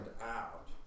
out